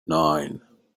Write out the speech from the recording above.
nine